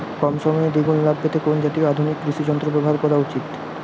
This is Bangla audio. কম সময়ে দুগুন লাভ পেতে কোন জাতীয় আধুনিক কৃষি যন্ত্র ব্যবহার করা উচিৎ?